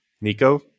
Nico